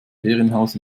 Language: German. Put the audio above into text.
ferienhaus